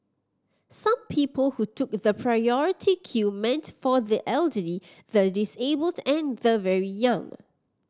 some people who took the priority queue meant for the elderly the disabled and the very young